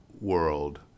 world